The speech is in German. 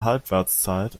halbwertszeit